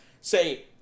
say